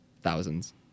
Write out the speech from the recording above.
thousands